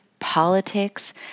politics